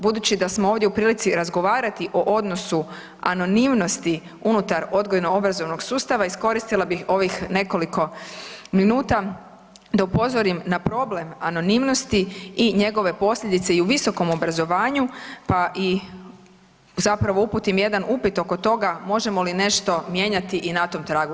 Budući da smo ovdje u prilici razgovarati o odnosu anonimnosti unutar odgojno-obrazovnog sustava, iskoristila bih ovih nekoliko minuta da upozorim na problem anonimnosti i njegove posljedice i u visokom obrazovanju, pa i zapravo uputim jedan upit oko toga možemo li nešto mijenjati i na tom tragu.